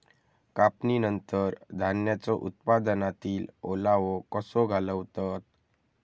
कापणीनंतर धान्यांचो उत्पादनातील ओलावो कसो घालवतत?